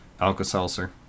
Alka-Seltzer